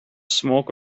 smoke